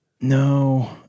No